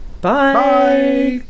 Bye